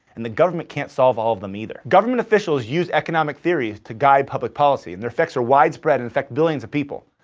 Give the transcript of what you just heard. and the government can't solve all of them either. government officials use economic theory to guide public policy and their are widespread and affect millions of people.